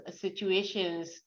situations